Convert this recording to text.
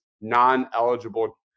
non-eligible